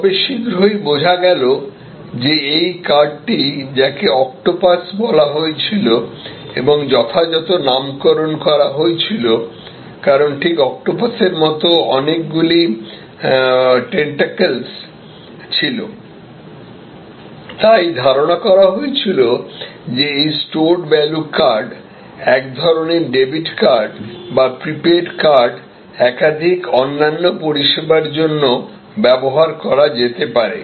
তবে শীঘ্রই বোঝা গেল যে এই কার্ডটি যাকে অক্টোপাস বলা হয়েছিল এবং যথাযথ নামকরণ করা হয়েছিল কারণ ঠিক অক্টোপাসের মত অনেকগুলি তেন্টকেলস ছিল তাই ধারণা করা হয়েছিল যে এই স্টোরড ভ্যালু কার্ড এক ধরনের ডেবিট কার্ড বা প্রিপেইড কার্ড একাধিক অন্যান্য পরিষেবার জন্য ব্যবহার করা যেতে পারে